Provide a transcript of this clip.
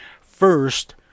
First